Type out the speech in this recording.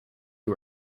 you